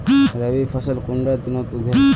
रवि फसल कुंडा दिनोत उगैहे?